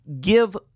give